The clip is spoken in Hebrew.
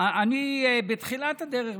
בתחילת הדרך,